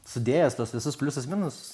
sudėjęs tuos visus pliusus minusus